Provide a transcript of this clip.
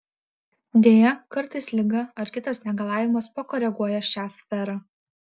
deja kartais liga ar kitas negalavimas pakoreguoja šią sferą